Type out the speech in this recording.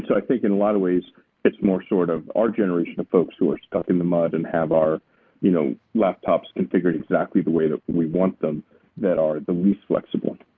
i think in a lot of ways it's more sort of our generation of folks who are stuck in the mud and have our you know laptops configured exactly the way that we want them that are the least flexible